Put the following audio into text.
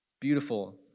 Beautiful